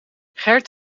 gerd